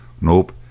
Nope